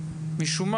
משום מה,